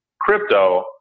crypto